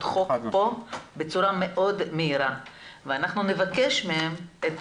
חוק בצורה מאוד מהירה ואנחנו נבקש מהם את